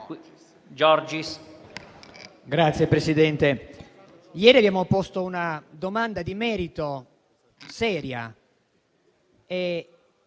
Signor Presidente, ieri abbiamo posto una domanda di merito seria.